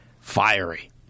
fiery